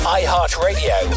iHeartRadio